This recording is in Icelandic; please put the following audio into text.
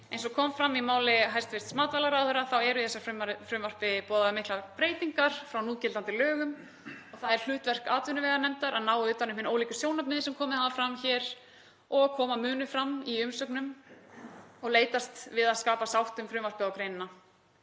Eins og kom fram í máli hæstv. matvælaráðherra eru í þessu frumvarpi boðaðar miklar breytingar frá núgildandi lögum. Það er hlutverk atvinnuveganefndar að ná utan um hin ólíku sjónarmið sem komið hafa fram hér og koma munu fram í umsögnum og leitast við að skapa sátt um frumvarpið og greinina.